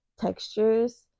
textures